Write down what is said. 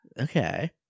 okay